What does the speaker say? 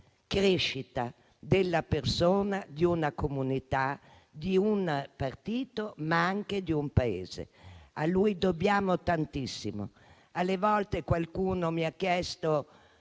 crescita della persona, di una comunità, di un partito, ma anche di un Paese. A lui dobbiamo tantissimo. Alle volte qualcuno mi ha chiesto: